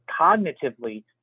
cognitively